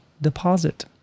deposit